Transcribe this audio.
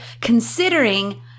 considering